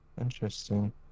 interesting